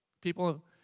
People